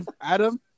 Adam